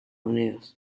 unidos